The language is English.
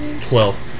Twelve